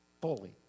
fully